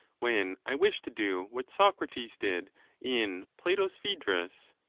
when i wish to do what socrates did in plato s phsedrus.